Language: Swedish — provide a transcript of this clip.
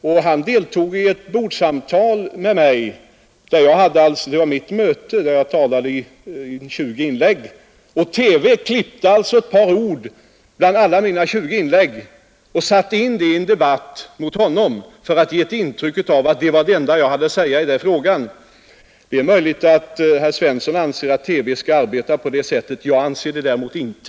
Han hade deltagit i ett bordssamtal med mig — det var mitt möte och jag gjorde 20 inlägg. TV klippte ett par ord bland alla mina 20 inlägg och satte in dessa i programmet om Björn Gillberg för att ge ett intryck av att det var det enda jag hade att säga i frågan, Det är möjligt att herr Svensson i Malmö anser att TV skall arbeta på det sättet. Jag anser det däremot inte.